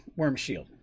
Wormshield